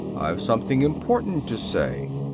i've something important to say!